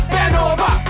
Benova